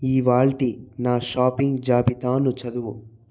ఇవాళ్టి నా షాపింగ్ జాబితాను చదువు